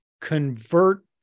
convert